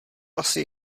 asi